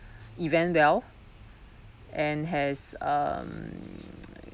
event well and has um